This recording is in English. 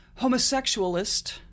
homosexualist